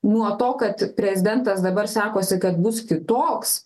nuo to kad prezidentas dabar sakosi kad bus kitoks